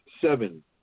seven